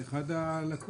זאת אחת הלקונות.